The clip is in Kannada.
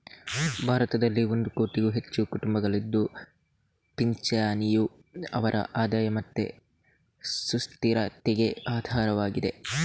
ಭಾರತದಲ್ಲಿ ಒಂದು ಕೋಟಿಗೂ ಹೆಚ್ಚು ಕುಟುಂಬಗಳಿದ್ದು ಪಿಂಚಣಿಯು ಅವರ ಆದಾಯ ಮತ್ತೆ ಸುಸ್ಥಿರತೆಗೆ ಆಧಾರವಾಗಿದೆ